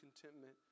contentment